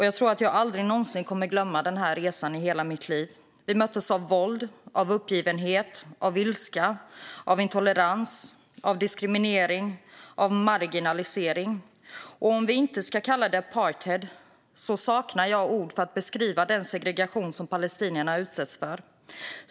Jag tror att jag aldrig någonsin kommer att glömma den resan. Vi möttes av våld, uppgivenhet, ilska, intolerans, diskriminering och marginalisering. Om vi inte ska kalla det apartheid saknar jag ord för att beskriva den segregation som palestinierna utsätts för.